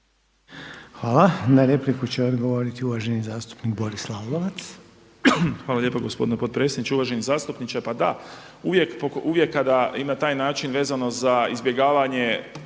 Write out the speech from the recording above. Hvala. Na repliku će odgovoriti uvaženi zastupnik Boris Lalovac. **Lalovac, Boris (SDP)** Hvala lijepa gospodine potpredsjedniče, uvaženi zastupniče. Pa da, uvijek kada i na taj način vezano za izbjegavanje